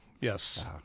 Yes